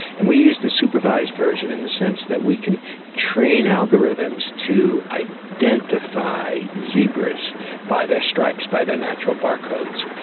and we use the supervised version in the sense that we can train algorithms to identify zebras by their stripes, by their natural barcodes.